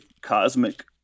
cosmic